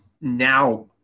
now